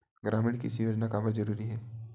ग्रामीण कृषि योजना काबर जरूरी हे?